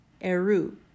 eru